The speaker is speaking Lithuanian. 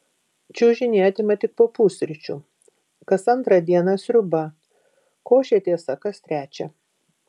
čiužinį atima tik po pusryčių kas antrą dieną sriuba košė tiesa kas trečią